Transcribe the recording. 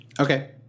Okay